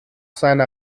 seiner